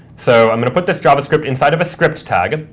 so i'm going to put this javascript inside of a script tag, and